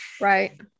Right